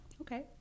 Okay